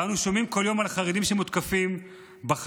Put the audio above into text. אנו שומעים כל יום על חרדים שמותקפים בחנות,